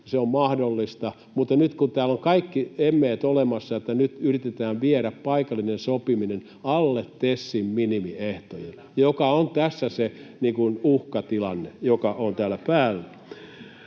se on mahdollista, mutta nyt kun täällä on kaikki emmeet olemassa, että nyt yritetään viedä paikallinen sopiminen alle TESin minimiehtojen, [Ben Zyskowicz: Eikös se tule TESin